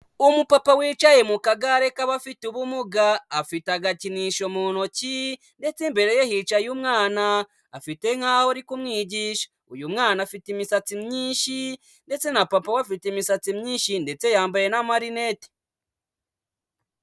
Umupapa wicaye mu kagare k'abafite ubumuga, afite agakinisho mu ntoki ndetse imbere ye yicaye umwana afite nk'aho ari kumwigisha, uyu mwana afite imisatsi myinshi ndetse na papa we afite imisatsi myinshi ndetse yambaye n'amarinete.